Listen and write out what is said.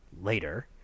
later